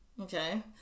okay